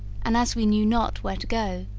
and as we knew not where to go,